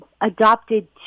adopted